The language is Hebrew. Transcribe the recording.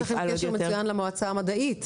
אבל יש לכם קשר מצוין למועצה המדעית,